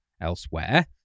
elsewhere